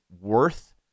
worth